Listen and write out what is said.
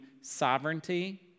sovereignty